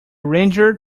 ranger